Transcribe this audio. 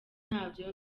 ntabyo